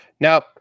Now